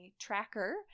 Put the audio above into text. tracker